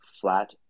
flat